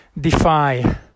defy